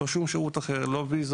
ולא שום שירות אחר, לא ויזות,